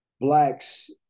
blacks